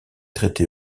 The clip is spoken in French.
traité